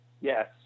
yes